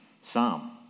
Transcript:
psalm